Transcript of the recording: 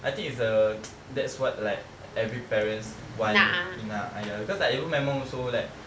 I think it's a that's what like every parents want nak ah ya because like even my mum also like